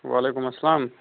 وعلیکُم اسلام